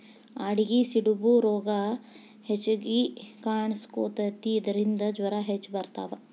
ಆಡಿಗೆ ಸಿಡುಬು ರೋಗಾ ಹೆಚಗಿ ಕಾಣಿಸಕೊತತಿ ಇದರಿಂದ ಜ್ವರಾ ಹೆಚ್ಚ ಬರತಾವ